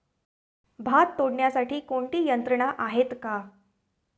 भात तोडण्यासाठी कोणती यंत्रणा आहेत का?